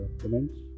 comments